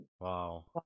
Wow